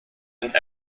and